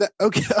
Okay